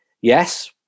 yes